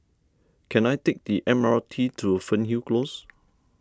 can I take the M R T to Fernhill Close